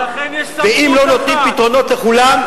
ואם לא נותנים פתרונות לכולם,